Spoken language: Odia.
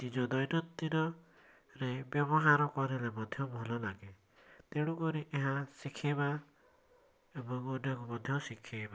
ନିଜ ଦୈନନ୍ଦିନ ରେ ବ୍ୟବହାର କରିଲେ ମଧ୍ୟ ଭଲ ଲାଗେ ତେଣୁକରି ଏହା ଶିଖିବା ଏବଂ ଅନ୍ୟଙ୍କୁ ମଧ୍ୟ ଶିଖେଇବା